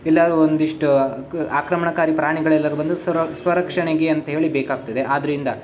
ಎಲ್ಲಾದ್ರೂ ಒಂದಿಷ್ಟು ಕ ಆಕ್ರಮಣಕಾರಿ ಪ್ರಾಣಿಗಳೆಲ್ಲಾದ್ರು ಬಂದ್ರೆ ಸ್ವರೊ ಸ್ವರಕ್ಷಣೆಗೆ ಅಂತ ಹೇಳಿ ಬೇಕಾಗ್ತದೆ ಆದ್ದರಿಂದ